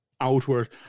outward